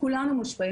כולנו מושפעים,